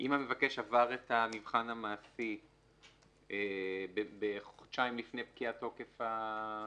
אם המבקש עבר את המבחן המעשי חודשיים לפני פקיעת תוקף האישור?